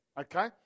Okay